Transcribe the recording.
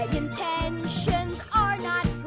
like intentions are not